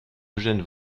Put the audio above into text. eugène